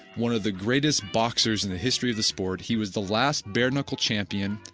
one of the greatest boxers in the history of the sport. he was the last bare-knuckle champion.